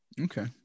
Okay